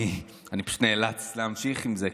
אני פשוט נאלץ להמשיך עם זה,